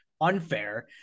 unfair